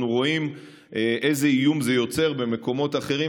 אנחנו רואים איזה איום זה יוצר במקומות אחרים